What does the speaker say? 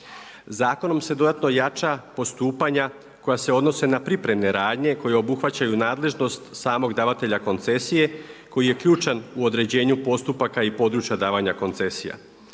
Zakonom se dodatno jača postupanja koja se odnose na pripremne radnje koje obuhvaćaju nadležnost samog davatelja koncesije koji je ključan u određenju postupaka i područja davanja koncesija.